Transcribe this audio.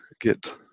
get